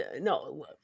No